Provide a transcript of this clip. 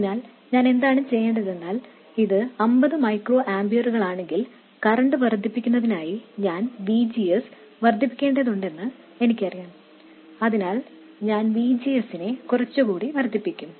അതിനാൽ ഞാൻ എന്താണ് ചെയ്യേണ്ടതെന്നാൽ അത് 50 മൈക്രോ ആമ്പിയറുകളാണെങ്കിൽ കറന്റ് വർദ്ധിപ്പിക്കുന്നതിനായി ഞാൻ V G S വർദ്ധിപ്പിക്കേണ്ടതുണ്ടെന്ന് എനിക്കറിയാം അതിനാൽ ഞാൻ V G S നെ കുറച്ചുകൂടി വർദ്ധിപ്പിക്കും